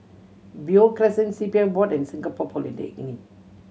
Beo Crescent C P F Board and Singapore Polytechnic